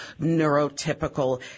neurotypical